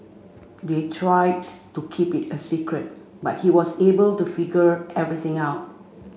they tried to keep it a secret but he was able to figure everything out